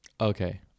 Okay